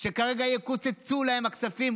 שכרגע יקוצצו להן הכספים